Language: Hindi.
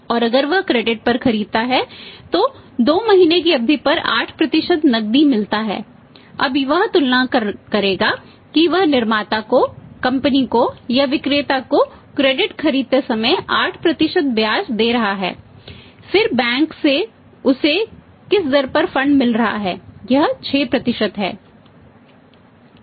और अगर वह क्रेडिट मिल रहा है यह 6 है